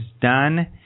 done